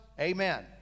amen